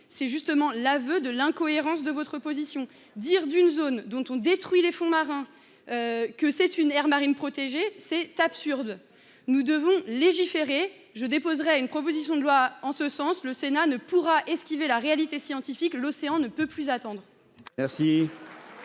mais avouer les incohérences de votre position. Dire d’une zone dont on détruit les fonds marins que c’est une aire marine protégée est une absurdité. Nous devons légiférer, et je déposerai moi même une proposition de loi en ce sens. Le Sénat ne pourra esquiver la réalité scientifique : l’océan ne peut plus attendre